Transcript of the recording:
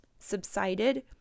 subsided